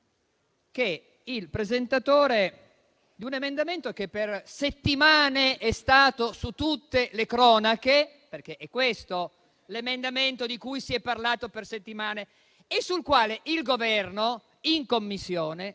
del presentatore di un emendamento che per settimane è stato su tutte le cronache - è questo l'emendamento di cui si è parlato per settimane - e sul quale il Governo, in Commissione,